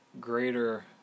greater